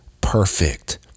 perfect